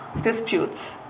disputes